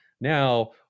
now